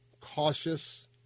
cautious